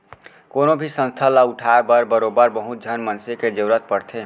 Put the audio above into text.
कोनो भी संस्था ल उठाय बर बरोबर बहुत झन मनसे के जरुरत पड़थे